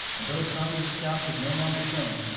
and though song of the south is no longer shown,